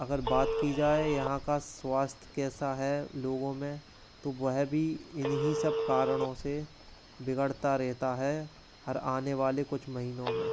अगर बात की जाए यहाँ का स्वास्थ कैसा है लोगों मे तो वह भी इन्ही सब कारणों से बिगड़ता रहता है हर आने वाले कुछ महीनों में